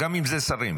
גם אם אלה שרים.